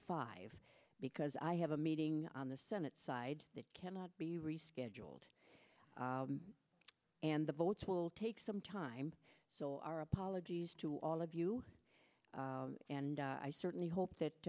five because i have a meeting on the senate side that cannot be rescheduled and the votes will take some time so our apologies to all of you and i certainly hope that